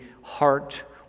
heart